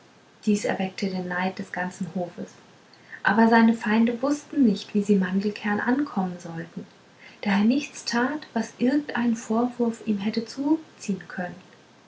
dies erweckte den neid des ganzen hofes aber seine feinde wußten nicht wie sie mandelkern ankommen sollten da er nichts tat was irgendeinen vorwurf ihm hätte zuziehen können